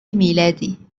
ميلادي